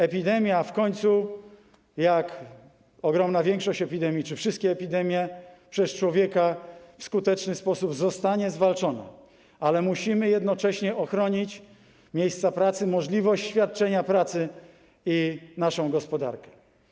Epidemia w końcu - jak ogromna większość epidemii czy wszystkie epidemie - zostanie przez człowieka w skuteczny sposób zwalczona, ale musimy jednocześnie ochronić miejsca pracy, możliwość świadczenia pracy i naszą gospodarkę.